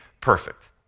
perfect